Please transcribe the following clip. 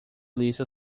lista